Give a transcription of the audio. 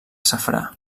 safrà